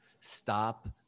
Stop